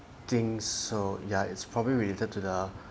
think so yeah it's probably related to the